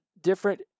different